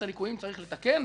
את הליקויים צריך לתקן.